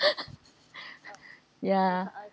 ya